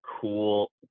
cool